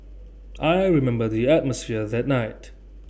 I remember the atmosphere that night